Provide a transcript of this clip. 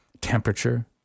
temperature